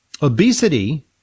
obesity